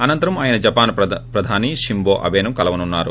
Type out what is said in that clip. అనంతరం ఆయన జపాన్ ప్రధాని షింజో అబేను కలవనున్నారు